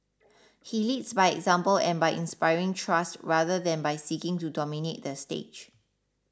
he leads by example and by inspiring trust rather than by seeking to dominate the stage